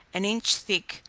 an inch thick,